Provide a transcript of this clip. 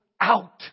out